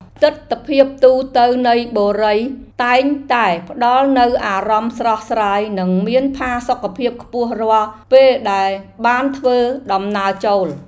ទិដ្ឋភាពទូទៅនៃបុរីតែងតែផ្តល់នូវអារម្មណ៍ស្រស់ស្រាយនិងមានផាសុកភាពខ្ពស់រាល់ពេលដែលបានធ្វើដំណើរចូល។